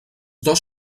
dos